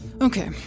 okay